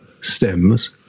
stems